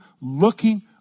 looking